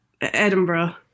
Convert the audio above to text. edinburgh